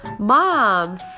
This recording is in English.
Mom